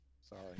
Sorry